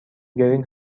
گرین